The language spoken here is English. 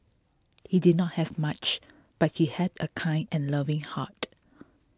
he did not have much but he had a kind and loving heart